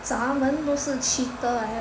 咱们不是 cheater 来的